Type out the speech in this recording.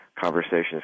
conversations